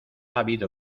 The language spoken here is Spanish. habido